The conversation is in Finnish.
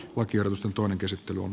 vakioidusta toinen käsittely on